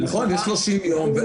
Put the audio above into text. נכון, ל-30 יום.